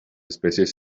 especies